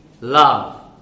love